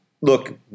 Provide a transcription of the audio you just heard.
look